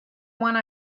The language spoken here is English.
one